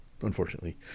unfortunately